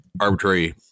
arbitrary